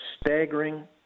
staggering